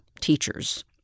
teachers